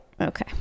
Okay